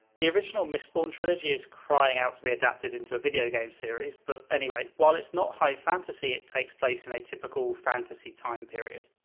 the original mistborn trilogy is crying out to be adopted into a video game series, but anyway, while it's not high fantasy, it takes place in a typical fantasy time period.